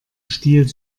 stil